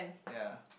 ya